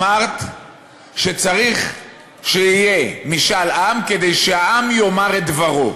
אמרת שצריך שיהיה משאל עם כדי שהעם יאמר את דברו.